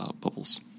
bubbles